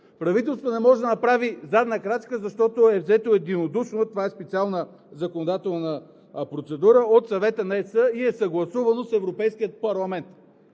Правителството не може да направи задна крачка, защото е взето единодушно. Това е специална законодателна процедура от Съвета на ЕС и е съгласувано с Европейския парламент.